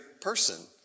person